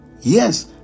Yes